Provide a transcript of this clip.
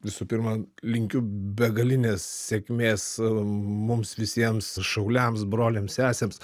visų pirma linkiu begalinės sėkmės mums visiems šauliams broliams sesėms